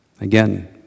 Again